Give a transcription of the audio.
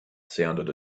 sounded